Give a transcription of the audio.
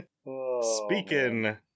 Speaking